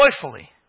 joyfully